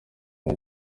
nka